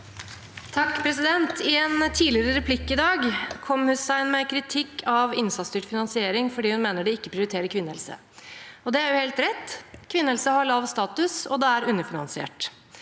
I en tidligere replikk i dag kom Hussein med kritikk av innsatsstyrt finansiering fordi hun mener det ikke prioriterer kvinnehelse. Det er jo helt rett. Kvinnehelse har lav status, og det er underfinansiert.